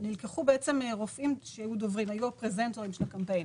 היו של רופאים שהיו פרזנטורים של הקמפיינים.